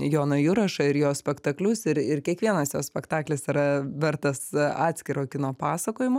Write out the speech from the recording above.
joną jurašą ir jo spektaklius ir ir kiekvienas jo spektaklis yra vertas atskiro kino pasakojimo